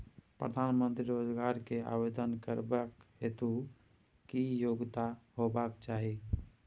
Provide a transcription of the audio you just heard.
प्रधानमंत्री रोजगार के आवेदन करबैक हेतु की योग्यता होबाक चाही?